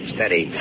Steady